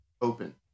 Open